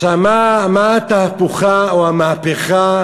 מה התהפוכה או המהפכה